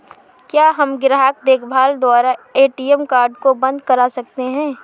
क्या हम ग्राहक देखभाल द्वारा ए.टी.एम कार्ड को बंद करा सकते हैं?